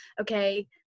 okay